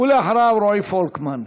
ואחריו, רועי פולקמן.